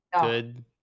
good